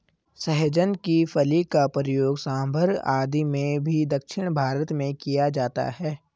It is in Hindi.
सहजन की फली का प्रयोग सांभर आदि में भी दक्षिण भारत में किया जाता है